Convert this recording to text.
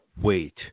wait